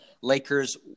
Lakers